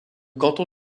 canton